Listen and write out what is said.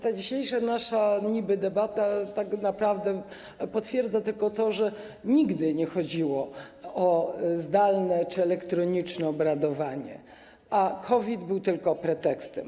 Ta dzisiejsza nasza niby-debata tak naprawdę potwierdza tylko to, że nigdy nie chodziło o zdalne czy elektroniczne obradowanie, a COVID był tylko pretekstem.